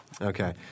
Okay